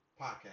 podcast